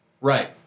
Right